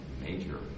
major